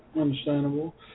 Understandable